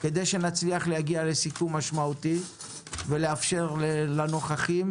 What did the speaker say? כדי שנצליח להגיע לסיכום משמעותי ולאפשר לנוכחים,